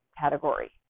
category